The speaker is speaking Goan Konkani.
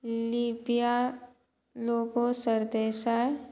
लिपिया लोगो सरदेसाय